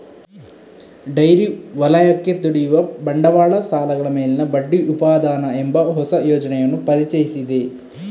dairy ವಲಯಕ್ಕೆ ದುಡಿಯುವ ಬಂಡವಾಳ ಸಾಲಗಳ ಮೇಲಿನ ಬಡ್ಡಿ ಉಪಾದಾನ ಎಂಬ ಹೊಸ ಯೋಜನೆಯನ್ನು ಪರಿಚಯಿಸಿದೆ